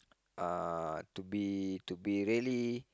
uh to be to be really